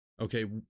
okay